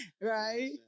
right